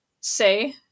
say